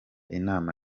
inama